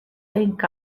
link